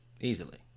Easily